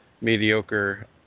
mediocre